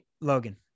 Logan